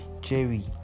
jerry